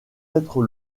être